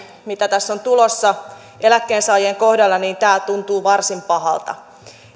mitä tässä on tulossa eläkkeensaajien kohdalla tämä tuntuu varsin pahalta